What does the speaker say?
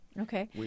Okay